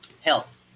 health